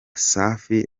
safi